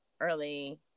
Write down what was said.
early